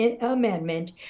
amendment